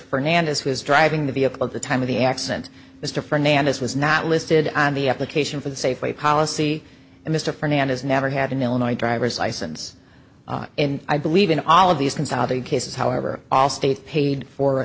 fernandez who was driving the vehicle at the time of the accident mr fernandez was not listed on the application for the safeway policy and mr fernandez never had an illinois driver's license and i believe in all of these consolidated cases however all state paid for